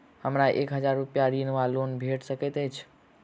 हमरा एक हजार रूपया ऋण वा लोन भेट सकैत अछि?